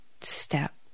step